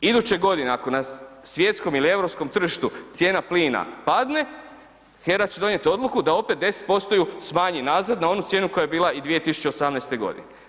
Iduće godine, ako na svjetskom ili europskom tržištu cijena plina padne HERA će donijeti odluku da opet 10% ju smanji nazad na onu cijenu koja je bila i 2018. godine.